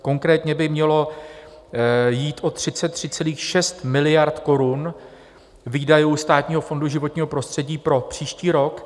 Konkrétně by mělo jít o 33,6 miliard korun výdajů Státního fondu životního prostředí pro příští rok.